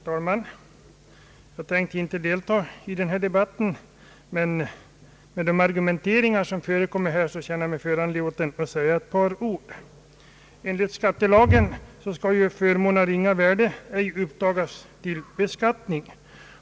Herr talman! Jag ämnade inte delta i denna debatt, men efter den argumentation som förekommit känner jag mig föranlåten att säga ett par ord. Enligt skattelagen skall förmån av ringa värde ej upptas till beskattning.